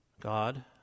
God